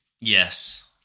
Yes